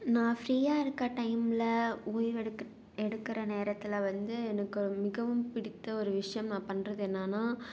நான் ஃப்ரீயாக இருக்கற டைமில் ஓய்வு எடுக்க எடுக்கிற நேரத்தில் வந்து எனக்கு ஒரு மிகவும் பிடித்த ஒரு விஷயம் நான் பண்றது என்னான்னால்